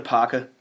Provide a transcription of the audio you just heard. Parker